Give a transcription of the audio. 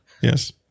yes